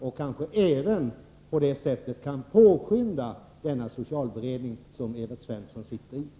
På det sättet kanske man även kan påskynda denna socialberedning, som Evert Svensson sitter i.